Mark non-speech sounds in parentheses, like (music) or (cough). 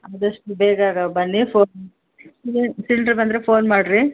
ಆದಷ್ಟು ಬೇಗ ಬನ್ನಿ (unintelligible) ಸಿಲಿಂಡ್ರು ಬಂದರೆ ಫೋನ್ ಮಾಡಿರಿ